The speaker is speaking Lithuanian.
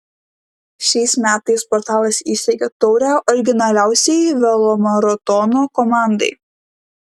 šiais metais portalas įsteigė taurę originaliausiai velomaratono komandai